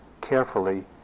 carefully